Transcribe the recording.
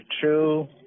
true